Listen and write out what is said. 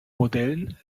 modellen